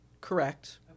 correct